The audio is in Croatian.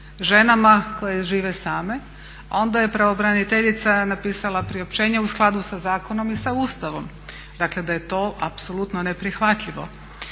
ženama koje žive same. Onda je pravobraniteljica napisala priopćenje u skladu sa zakonom i sa Ustavnom, dakle da to apsolutnu neprihvatljivo.